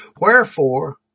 Wherefore